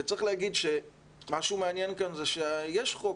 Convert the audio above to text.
וצריך להגיד שמה שמעניין כאן זה שיש חוק,